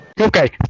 Okay